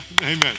Amen